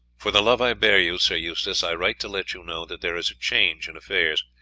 for the love i bear you, sir eustace, i write to let you know that there is a change in affairs.